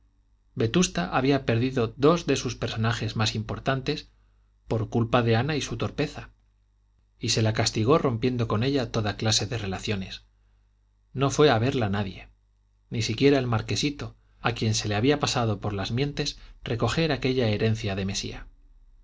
vetusta había perdido dos de sus personajes más importantes por culpa de ana y su torpeza y se la castigó rompiendo con ella toda clase de relaciones no fue a verla nadie ni siquiera el marquesito a quien se le había pasado por las mientes recoger aquella herencia de mesía